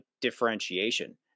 differentiation